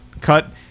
cut